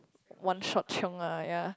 one shot chiong ah yea